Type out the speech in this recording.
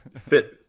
fit